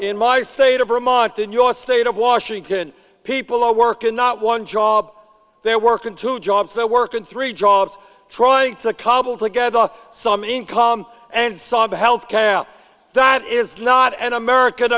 in my state of vermont in your state of washington people are working not one job they're working two jobs they're working three jobs trying to cobble together some income and saw the health care that is not an american